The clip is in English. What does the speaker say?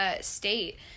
state